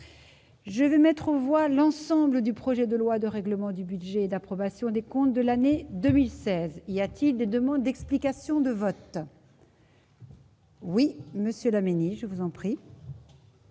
je veux mettre aux voix l'ensemble du projet de loi de règlement du budget et d'approbation des comptes de l'année 2016 il y a-t-il des demandes d'explications de vote. Oui, Monsieur Dominique, je vous en prie.